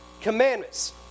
Commandments